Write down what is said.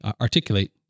articulate